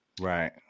Right